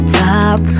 top